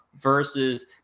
versus